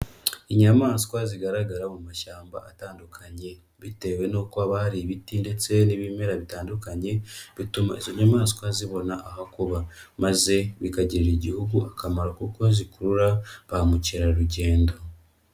Inyamaswa zigaragara mu mashyamba atandukanye bitewe nuko bari ibiti ndetse n'ibimera bitandukanye, bituma izo nyamaswa zibona aho kuba, maze bikagirira igihugu akamaro kuko zikurura ba mukerarugendo.